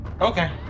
Okay